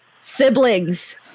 Siblings